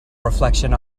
reflection